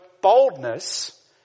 boldness